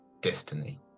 destiny